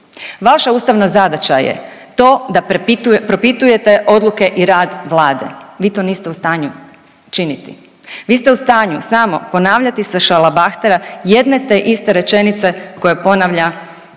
Vaša ustavna zadaća je to da propitujete odluke i rad Vlade. Vi to niste u stanju činiti. Vi ste u stanju samo ponavljati sa šalabahtera jedne te iste rečenice koje ponavlja u